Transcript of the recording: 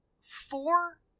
four